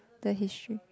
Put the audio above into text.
the history